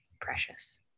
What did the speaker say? precious